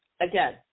Again